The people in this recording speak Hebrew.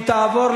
התש"ע 2010,